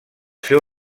seu